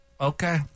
Okay